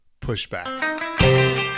Pushback